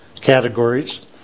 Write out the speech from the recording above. categories